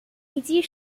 尼基